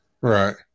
Right